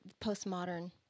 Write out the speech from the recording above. postmodern